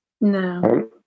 No